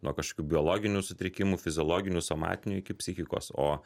nuo kažkokių biologinių sutrikimų fiziologinių somatinių iki psichikos o